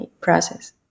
process